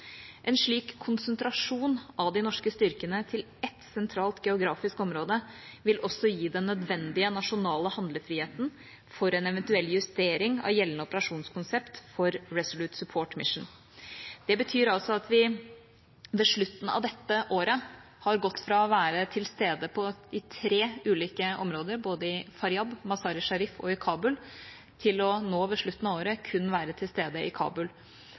En slik konsentrasjon av de norske styrkene til ett sentralt geografisk område vil også gi den nødvendige nasjonale handlefriheten for en eventuell justering av gjeldende operasjonskonsept for Resolute Support mission. Det betyr at vi ved slutten av dette året har gått fra å være tilstede i tre ulike områder, Faryad, Mazar-e-Sharif og Kabul, til ved slutten av året å være tilstede kun i Kabul.